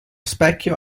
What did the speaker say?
specchio